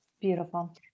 Beautiful